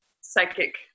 psychic